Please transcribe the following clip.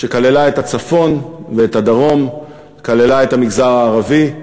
שכללה את הצפון ואת הדרום, כללה את המגזר הערבי,